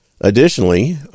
Additionally